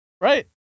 Right